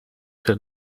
veel